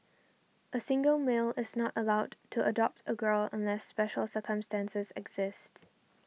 a single male is not allowed to adopt a girl unless special circumstances exist